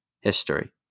history